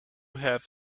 have